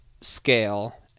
scale